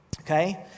Okay